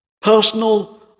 personal